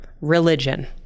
religion